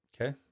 Okay